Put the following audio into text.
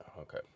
Okay